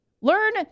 Learn